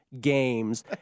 games